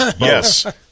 Yes